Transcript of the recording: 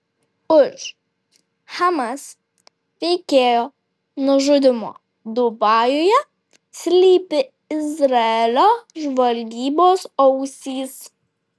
už hamas veikėjo nužudymo dubajuje slypi izraelio žvalgybos ausys